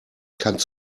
kannst